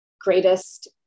greatest